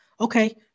Okay